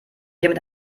jemand